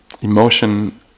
emotion